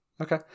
Okay